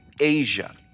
Asia